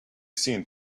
seen